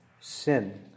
Sin